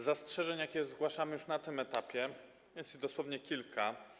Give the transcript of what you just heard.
Zastrzeżeń, jakie zgłaszamy już na tym etapie, jest dosłownie kilka.